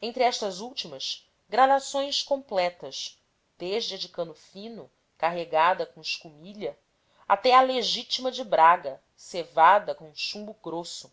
entre estas últimas gradações completas desde a de cano fino carregada com escumilha até à legítima de braga cevada com chumbo grosso